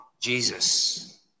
Jesus